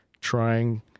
trying